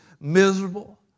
miserable